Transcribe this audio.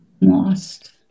Lost